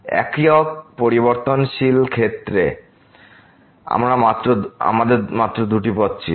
একক পরিবর্তনশীল ক্ষেত্রে আমাদের মাত্র দুটি পথ ছিল